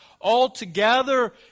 altogether